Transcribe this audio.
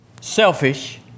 selfish